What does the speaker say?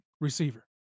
receiver